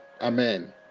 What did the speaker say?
amen